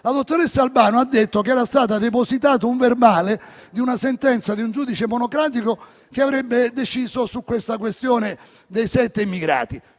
La dottoressa Albano ha detto che era stato depositato il verbale di una sentenza di un giudice monocratico che avrebbe deciso sulla questione dei sette immigrati.